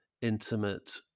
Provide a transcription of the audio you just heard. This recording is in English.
intimate